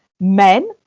Men